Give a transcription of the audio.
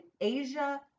Asia